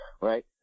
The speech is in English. right